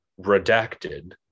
Redacted